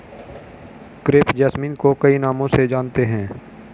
crepe jasmine को कई नामों से जानते हैं